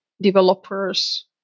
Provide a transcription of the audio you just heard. developers